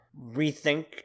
rethink